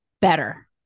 better